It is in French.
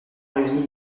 réunit